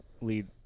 lead